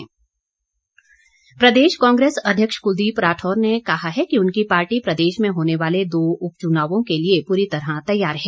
राठौर प्रदेश कांग्रेस अध्यक्ष कलदीप राठौर ने कहा है कि उनकी पार्टी प्रदेश में होने वाले दो उपचुनावों के लिए पूरी तरह तैयार है